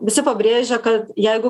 visi pabrėžia kad jeigu